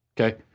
okay